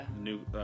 new